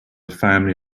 family